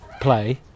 play